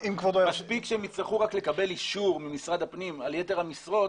מספיק שהם יצטרכו רק לקבל אישור ממשרד הפנים על יתר המשרות,